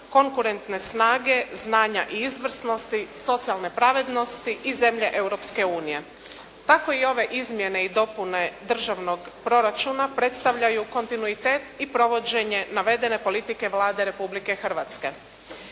konkurentne snage, znanja i izvrsnosti, socijalne pravednosti i zemlje Europske unije. Tako i ove izmjene i dopune državnog proračuna predstavljaju kontinuitet i provođenje navedene politike Vlade Republike Hrvatske.